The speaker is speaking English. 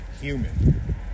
human